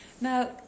Now